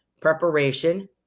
preparation